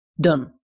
Done